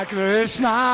Krishna